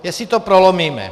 Jestli to prolomíme.